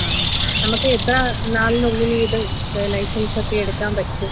ആ ആ നമുക്ക് എത്ര നാളിനുള്ളിലിത് ലൈസൻസൊക്കെ എടുക്കാൻ പറ്റും